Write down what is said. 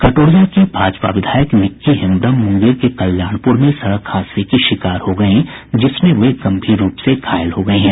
कटोरिया की भाजपा विधायक निकी हेम्ब्रम मुंगेर के कल्याणपुर में सड़क हादसे की शिकार हो गयीं जिसमें वे गंभीर रूप से घायल हो गयी हैं